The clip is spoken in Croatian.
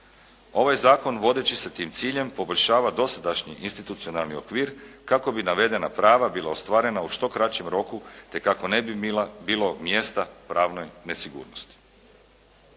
Ovaj zakon vodeći se tim ciljem poboljšava dosadašnji institucionalni okvir kako bi navedena prava bila ostvarena u što kraćem roku te kako ne bi bilo mjesta pravnoj nesigurnosti.